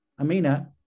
Amina